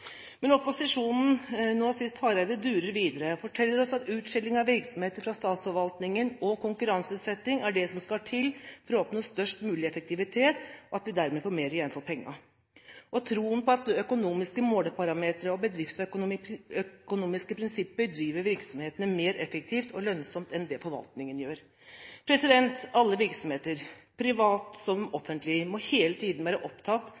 Men opposisjonen, nå sist representanten Hareide, durer videre og forteller oss om troen på at utskilling av virksomheter fra statsforvaltningen og konkurranseutsetting er det som skal til for å oppnå størst mulig effektivitet, og at vi dermed får mer igjen for pengene, og at økonomiske måleparametre og bedriftsøkonomiske prinsipper driver virksomhetene mer effektivt og lønnsomt enn det forvaltningen gjør. Alle virksomheter, private som offentlige, må hele tiden være opptatt